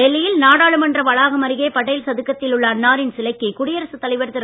டெல்லியில் நாடாளுமன்ற வளாகம் அருகே பட்டேல் சதுக்கத்தில் உள்ள அன்னாரின் சிலைக்கு குடியரசு தலைவர் திரு